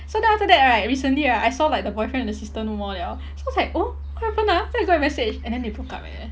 so then after that right recently right I saw like the boyfriend and the sister no more liao so I was like oh what happened ah then I go and message and then they broke up eh